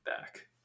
back